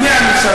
אז מי הממשלה?